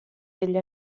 degli